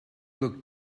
look